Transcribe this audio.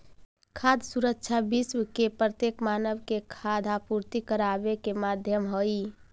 खाद्य सुरक्षा विश्व के प्रत्येक मानव के खाद्य आपूर्ति कराबे के माध्यम हई